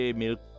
milk